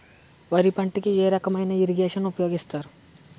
వరి పంటకు ఏ రకమైన ఇరగేషన్ ఉపయోగిస్తారు?